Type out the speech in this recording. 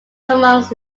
amongst